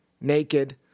Naked